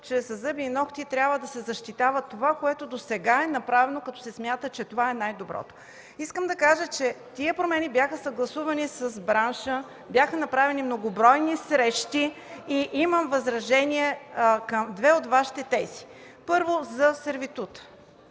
че със зъби и нокти трябва да се защитава това, което досега е направено, като се смята, че това е най-доброто. Тези промени бяха съгласувани с бранша, бяха направени многобройни срещи и имам възражения към две от Вашите тези. Първо, за сервитута